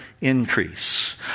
increase